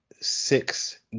six